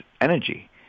energy